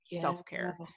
self-care